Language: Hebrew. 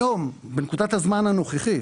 היום בנקודת הזמן הנוכחית,